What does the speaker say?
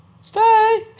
Stay